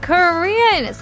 Korean